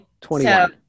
21